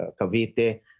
Cavite